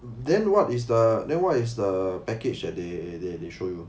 then what is the then what is the package that they they they show you